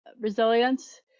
resilience